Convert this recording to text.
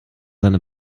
seine